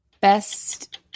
Best